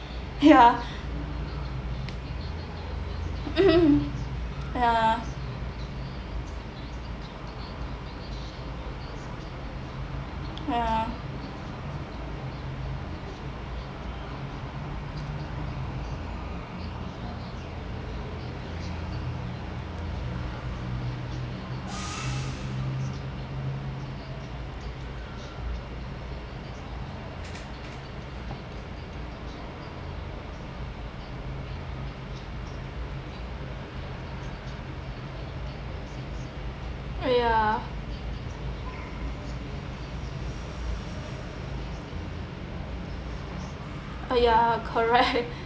ya ya ya ya ya correct